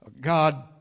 God